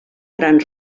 gran